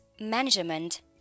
management